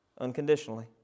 unconditionally